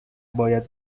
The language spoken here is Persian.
باید